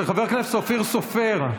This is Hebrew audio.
חבר הכנסת אופיר סופר,